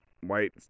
white